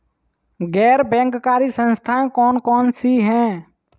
गैर बैंककारी संस्थाएँ कौन कौन सी हैं?